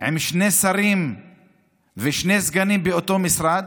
ועם שני שרים ושני סגנים באותו משרד,